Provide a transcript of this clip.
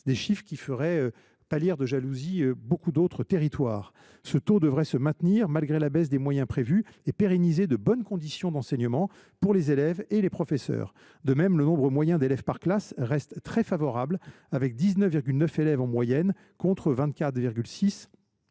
de 6, ce taux ferait pâlir de jalousie bien d’autres territoires. Ce taux devrait se maintenir malgré la baisse des moyens prévue et pérenniser de bonnes conditions d’enseignement pour les élèves et les professeurs. De même, le nombre moyen d’élèves par classe reste très favorable, avec 19,9 élèves en moyenne, contre 24,6